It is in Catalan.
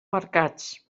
mercats